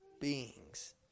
beings